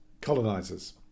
Colonizers